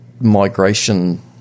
migration